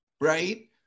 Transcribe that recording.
Right